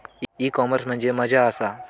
E commerce म्हणजे मझ्या आसा?